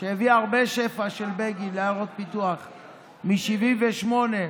של בגין, שהביא הרבה שפע לעיירות פיתוח, מ-1978.